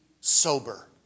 sober